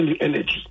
energy